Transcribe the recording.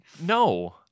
no